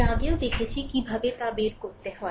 এর আগেও দেখেছি কীভাবে তা বের করতে হয়